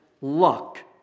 luck